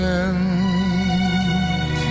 end